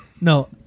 No